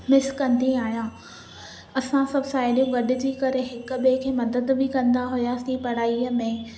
miss कंदी आहियां असां सब साहेड़ियूं गॾजी करे हिक ॿिए खे मदद बि कंदा हुआसीं पढ़ाईअ में